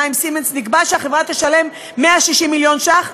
עם "סימנס" נקבע כי החברה תשלם 160 מיליון שקלים